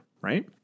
right